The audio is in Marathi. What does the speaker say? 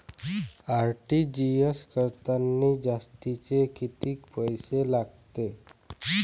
आर.टी.जी.एस करतांनी जास्तचे कितीक पैसे लागते?